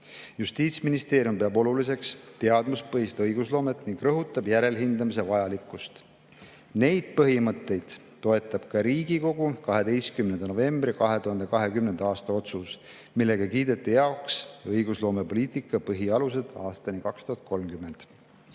Justiitsministeerium peab oluliseks teadmuspõhist õigusloomet ning rõhutab järelhindamise vajalikkust. Neid põhimõtteid toetab ka Riigikogu 12. novembri 2020. aasta otsus, millega kiideti heaks õigusloomepoliitika põhialused aastani 2030.